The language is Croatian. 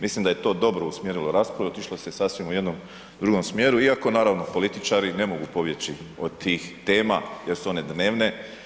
Mislim da je to dobro usmjerilo raspravu, otišlo se u sasvim u jednom drugom smjeru, iako naravno političari ne mogu pobjeći od tih tema jer su one dnevne.